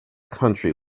country